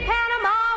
Panama